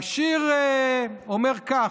והשיר אומר כך: